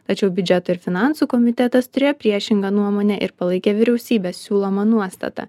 tačiau biudžeto ir finansų komitetas turėjo priešingą nuomonę ir palaikė vyriausybės siūlomą nuostatą